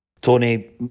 Tony